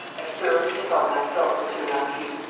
as thoroughly as on myself, monsieur le marquis,